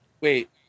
wait